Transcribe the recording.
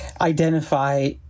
identify